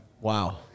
Wow